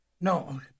No